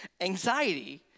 Anxiety